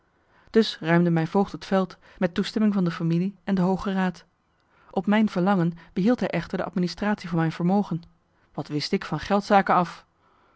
dus ruimde mijn voogd het veld met toestemming van de familie en de hooge raad op mijn verlangen behield hij echter de administratie van mijn vermogen wat wist ik van geldzaken af